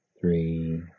three